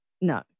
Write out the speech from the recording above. No